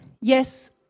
yes